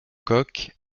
coque